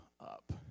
up